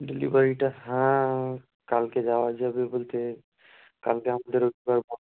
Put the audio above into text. ডেলিভারিটা হ্যাঁ কালকে যাওয়া যাবে বলতে কালকে আমাদের